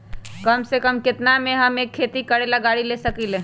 कम से कम केतना में हम एक खेती करेला गाड़ी ले सकींले?